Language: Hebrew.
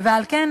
ועל כן,